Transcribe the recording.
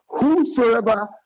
whosoever